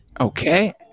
Okay